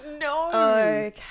no